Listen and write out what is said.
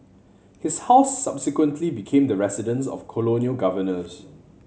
his house subsequently became the residence of colonial governors